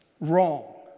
Wrong